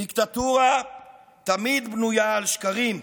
דיקטטורה תמיד בנויה על שקרים,